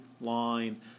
line